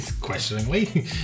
Questioningly